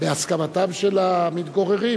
בהסכמתם של המתגוררים,